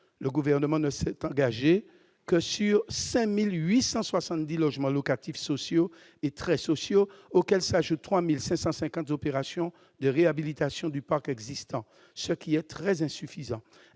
le gouvernement ne s'est engagé que sur 5870 logements locatifs sociaux et très sociaux, auxquels s'ajoutent 3550 opérations de réhabilitation du parc existant, ce qui est très insuffisant,